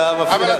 אתה מפריע.